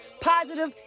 Positive